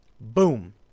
Boom